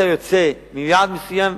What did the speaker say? היית יוצא מיעד מסוים,